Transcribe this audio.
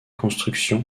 construction